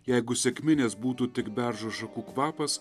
jeigu sekminės būtų tik beržo šakų kvapas